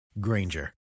Granger